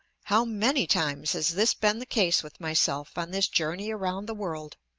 how many times has this been the case with myself on this journey around the world!